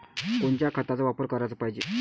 कोनच्या खताचा वापर कराच पायजे?